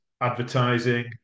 advertising